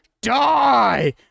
die